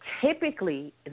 typically